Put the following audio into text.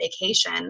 vacation